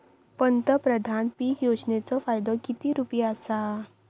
पंतप्रधान पीक योजनेचो फायदो किती रुपये आसा?